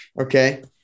Okay